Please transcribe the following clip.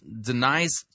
denies